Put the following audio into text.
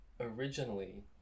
originally